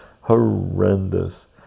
horrendous